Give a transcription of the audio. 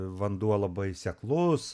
vanduo labai seklus